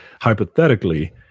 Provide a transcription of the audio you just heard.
Hypothetically